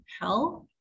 health